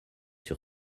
sur